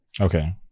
Okay